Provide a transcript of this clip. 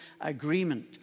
Agreement